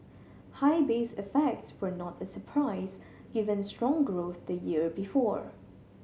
high base effects were not a surprise given strong growth the year before